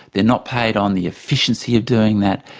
they're not paid on the efficiency of doing that,